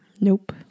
Nope